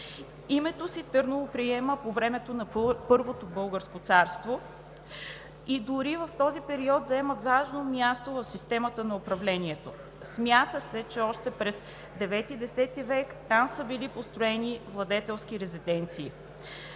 името си по време на Първото българско царство и в този период дори заема важно място в системата на управлението. Смята се, че още през IX – X век там са били построени владетелските резиденции.